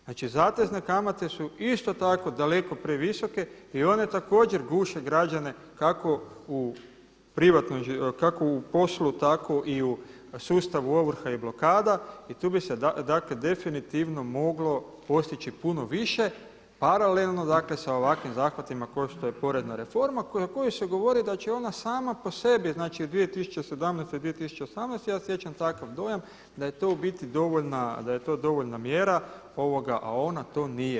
Znači zatezne kamate su isto tako daleko previsoke i one također guše građane kako u privatnom, kako u poslu tako i u sustavu ovrha i blokada i tu bi se dakle definitivno moglo postići puno više, paralelno dakle sa ovakvim zahvatima kao što je porezna reforma o kojoj se govorilo da će ona sam po sebi, znači 2017. i 2018., ja stječem takav dojam da je to u biti dovoljna, da je to dovoljna mjera a ona to nije.